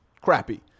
crappy